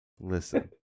Listen